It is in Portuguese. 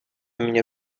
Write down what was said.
minha